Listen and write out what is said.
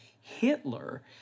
Hitler